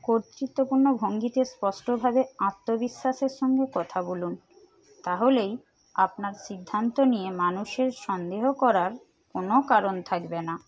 কর্তৃত্বপূর্ণ ভঙ্গিতে স্পষ্টভাবে আত্মবিশ্বাসের সঙ্গে কথা বলুন তাহলেই আপনার সিদ্ধান্ত নিয়ে মানুষের সন্দেহ করার কোনও কারণ থাকবে না